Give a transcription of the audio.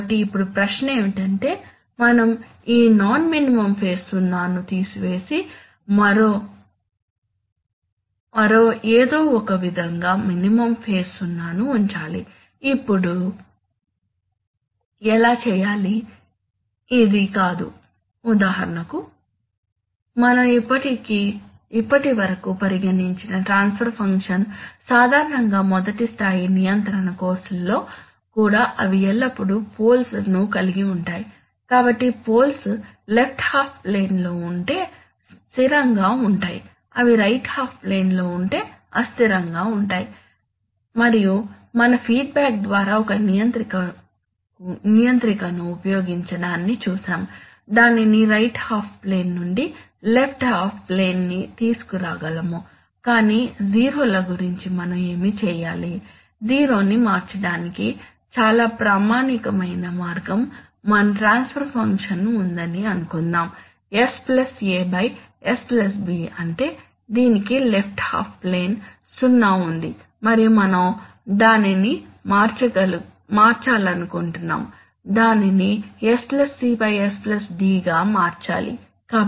కాబట్టి ఇప్పుడు ప్రశ్న ఏమిటంటే మనం ఈ నాన్ మినిమం ఫేజ్ సున్నాను తీసివేసి ఏదో ఒకవిధంగా మినిమం ఫేజ్ సున్నాను ఉంచాలి ఇప్పుడు న్ని ఎలా చేయాలి ఇది కాదు ఉదాహరణకు మనం ఇప్పటివరకు పరిగణించిన ట్రాన్స్ఫర్ ఫంక్షన్ సాధారణంగా మొదటి స్థాయి నియంత్రణ కోర్సులలో కూడా అవి ఎల్లప్పుడూ పోల్స్ ను కలిగి ఉంటాయి కాబట్టి పోల్స్ లెఫ్ట్ హాఫ్ ప్లేన్ లో ఉంటే స్థిరంగా ఉంటాయి అవి రైట్ హాఫ్ ప్లేన్ లో ఉంటే అస్థిరం గా ఉంటాయి మరియు మన ఫీడ్బ్యాక్ ద్వారా ఒక నియంత్రికను ఉపయోగించడాన్ని చూశాము దానిని రైట్ హాఫ్ ప్లేన్ నుండి లెఫ్ట్ హాఫ్ ప్లేన్ కి తీసుకురాగలము కాని జీరో ల గురించి మనం ఏమి చేయాలి జీరో ని మార్చడానికి చాలా ప్రామాణికమైన మార్గం మన ట్రాస్ఫర్ ఫంక్షన్ ఉందని అనుకుందాం s a s b అంటే దీనికి లెఫ్ట్ హాఫ్ ప్లేన్ 0 ఉంది మరియు మనం దానిని మార్చాలనుకుంటున్నాము దానిని s c s d గా మార్చాలి